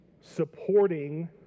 supporting